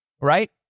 right